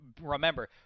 remember